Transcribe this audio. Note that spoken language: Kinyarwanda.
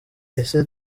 ese